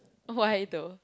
why though